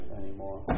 anymore